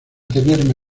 tenerme